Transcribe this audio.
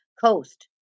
coast